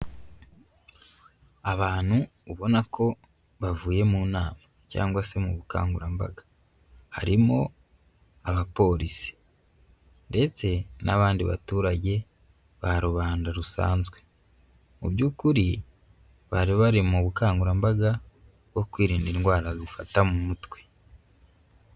Abantu ubona ko bavuye mu nama. Cyangwa se mu bukangurambaga. Harimo abapolisi. Ndetse n'abandi baturage, ba rubanda rusanzwe. Mu by'ukuri bari bari mu bukangurambaga, bwo kwirinda indwara zifata mu mutwe.